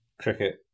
cricket